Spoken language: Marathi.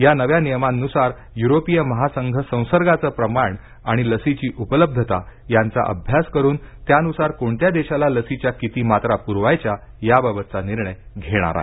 या नव्या नियमांनुसार युरोपीय महासंघ संसर्गाचं प्रमाण आणि लसीची उपलब्धता यांचा अभ्यास करून त्यानुसार कोणत्या देशाला लसीच्या किती मात्रा पुरवायच्या याबाबतचा निर्णय घेणार आहे